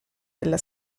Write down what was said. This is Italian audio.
della